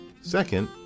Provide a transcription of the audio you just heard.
Second